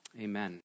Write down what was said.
Amen